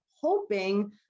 hoping